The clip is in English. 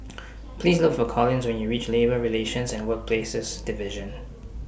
Please Look For Collis when YOU REACH Labour Relations and Workplaces Division